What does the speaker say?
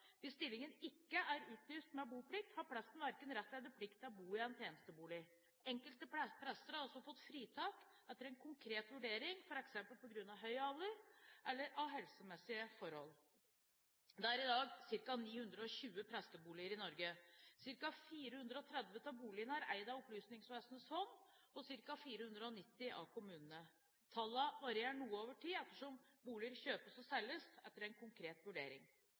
Hvis stillingen ikke er utlyst med boplikt, har presten verken rett eller plikt til å bo i en tjenestebolig. Enkelte prester har også fått fritak etter en konkret vurdering, f.eks. på grunn av høy alder eller helsemessige forhold. Det er i dag ca. 920 presteboliger i Norge. Ca. 430 av boligene er eid av Opplysningsvesenets fond og ca. 490 av kommunene. Tallene vil variere noe over tid, ettersom boliger kjøpes og selges etter konkrete vurderinger. Forvaltning av presteboligene er en